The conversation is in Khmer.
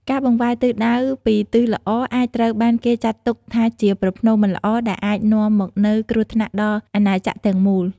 ការបង្វែរទិសដៅពីទិសល្អអាចត្រូវបានគេចាត់ទុកថាជាប្រផ្នូលមិនល្អ ដែលអាចនាំមកនូវគ្រោះថ្នាក់ដល់អាណាចក្រទាំងមូល។